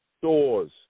stores